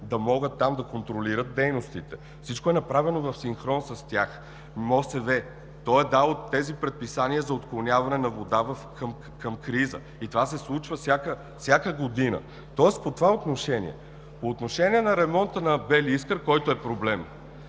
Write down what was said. да могат там да контролират дейностите. Всичко е направено в синхрон с тях. МОСВ е дало тези предписания за отклоняване на вода при криза и това се случва всяка година. По отношение на ремонта на „Бели Искър“, който е проблем.